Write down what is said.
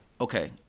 okay